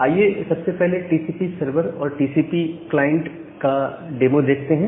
आइए सबसे पहले टीसीपी सर्वर और टीसीपीक्लाइंट का डेमो देखते हैं